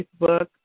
Facebook